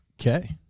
Okay